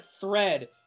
thread